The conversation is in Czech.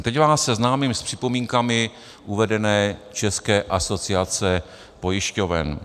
Teď vás seznámím s připomínkami uvedené České asociace pojišťoven.